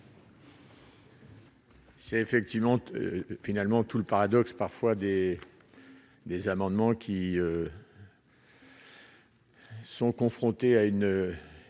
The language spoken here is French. C'est effectivement finalement tout le paradoxe, parfois des des amendements qui. Sont confrontés à une